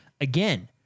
again